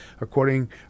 according